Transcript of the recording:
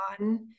on